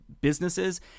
businesses